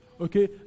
Okay